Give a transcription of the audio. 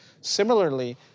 Similarly